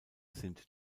sind